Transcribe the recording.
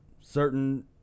certain